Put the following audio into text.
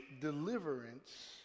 deliverance